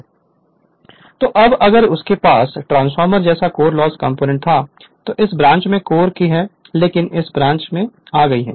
Refer Slide Time 3249 तो अब अगर उसके पास ट्रांसफॉर्मर जैसा कोर लॉस कंपोनेंट था तो इस ब्रांच में कोर ही है लेकिन यह ब्रांच आ गई है